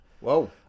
Whoa